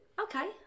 Okay